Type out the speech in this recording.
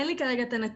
אין לי כרגע את הנתונים,